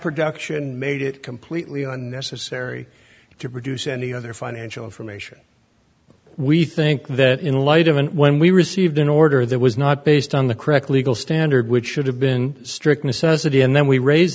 production made it completely unnecessary to produce any other financial information we think that in light of an when we received an order that was not based on the correct legal standard which should have been strict necessity and then we raised